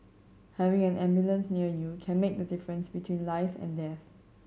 having an ambulance near you can make the difference between life and death